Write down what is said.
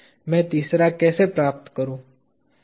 मैं तीसरा कैसे प्राप्त करूं